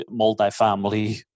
multifamily